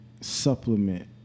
supplement